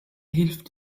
hilft